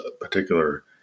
particular